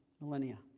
millennia